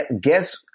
Guess